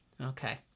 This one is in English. Okay